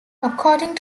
according